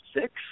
six